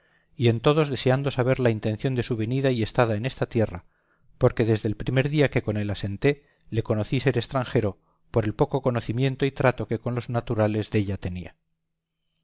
y en todos deseando saber la intención de su venida y estada en esta tierra porque desde el primer día que con él asenté le conocí ser estranjero por el poco conocimiento y trato que con los naturales della tenía